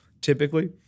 typically